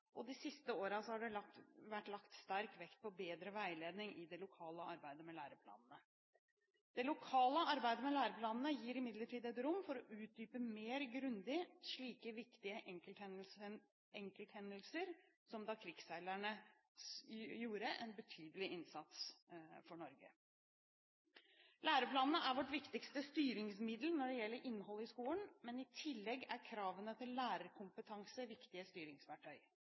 og de siste årene har det vært lagt sterk vekt på bedre veiledning i det lokale arbeidet med læreplanene. Det lokale arbeidet med læreplanene gir imidlertid et rom for å utdype mer grundig slike viktige enkelthendelser som da krigsseilerne gjorde en betydelig innsats for Norge. Læreplanene er vårt viktigste styringsmiddel når det gjelder innhold i skolen, men i tillegg er kravene til lærerkompetanse viktige styringsverktøy.